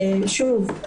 שוב,